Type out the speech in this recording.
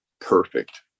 perfect